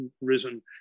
risen